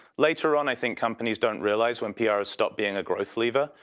later on, i think companies don't realize when prs stop being a growth lever,